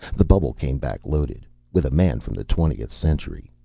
the bubble came back loaded with a man from the twentieth century.